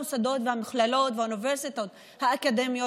זו השקעה בכל המוסדות והמכללות והאוניברסיטאות האקדמיות,